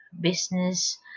Business